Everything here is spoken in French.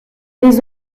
les